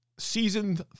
Season